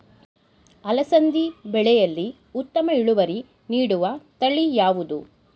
ಅಲಸಂದಿ ಬೆಳೆಯಲ್ಲಿ ಉತ್ತಮ ಇಳುವರಿ ನೀಡುವ ತಳಿ ಯಾವುದು?